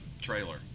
trailer